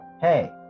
hey